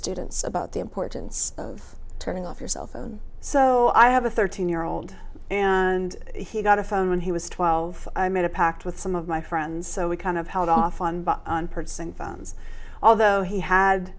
students about the importance of turning off your cell phone so i have a thirteen year old and he got a phone when he was twelve i made a pact with some of my friends so we kind of held off on purchasing phones although he had